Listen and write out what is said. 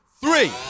Three